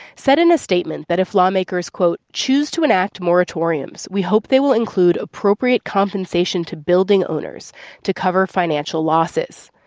said in a statement that if lawmakers, choose to enact moratoriums, we hope they will include appropriate compensation to building owners to cover financial losses.